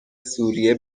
سوریه